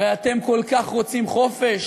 הרי אתם כל כך רוצים חופש,